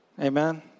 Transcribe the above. Amen